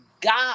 God